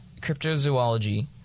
cryptozoology